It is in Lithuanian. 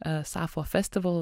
sapfo festival